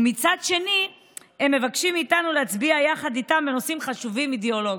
רוצים להצביע איתם בחוק הזה.